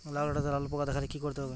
লাউ ডাটাতে লাল পোকা দেখালে কি করতে হবে?